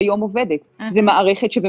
זו מערכת שכיום עובדת.